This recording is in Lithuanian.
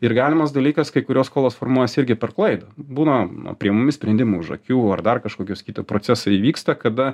ir galimas dalykas kai kurios skolos formuojasi irgi per klaidą būna priimami sprendimai už akių ar dar kažkokios kita procesai įvyksta kada